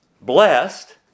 blessed